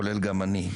כולל גם אני,